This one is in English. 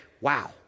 wow